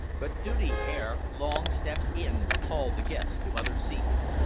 but duty ere long stepped in to call the guests to other scenes.